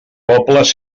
pobles